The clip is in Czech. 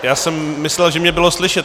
Já jsem myslel, že mě bylo slyšet.